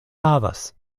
havas